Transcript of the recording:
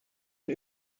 een